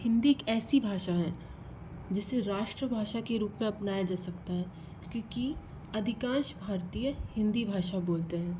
हिंदी एक ऐसी भाषा है जिसे राष्ट्रभाषा के रूप में अपनाया जा सकता है क्योंकि अधिकांश भारतीय हिंदी भाषा बोलते हैं